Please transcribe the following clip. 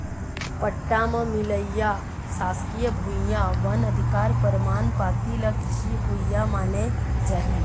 पट्टा म मिलइया सासकीय भुइयां, वन अधिकार परमान पाती ल कृषि भूइया माने जाही